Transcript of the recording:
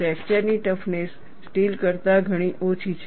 fracture ની toughness steel કરતા ઘણી ઓછી છે